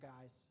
guys